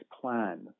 plan